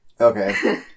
Okay